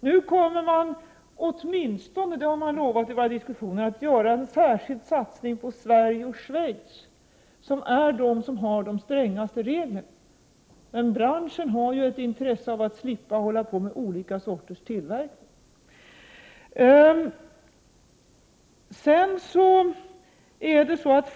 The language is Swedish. Nu kommer man åtminstone, det har man lovat i våra diskussioner, att göra en särskild satsning på Sverige och Schweiz, som är de länder som har de strängaste reglerna. Branschen har ett intresse av att slippa hålla på med olika sorters tillverkning.